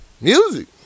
Music